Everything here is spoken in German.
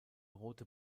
rote